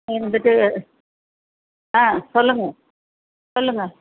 நீ வந்துட்டு ஆ சொல்லுங்கள் சொல்லுங்கள்